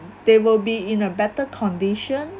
they will be in a better condition